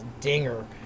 dinger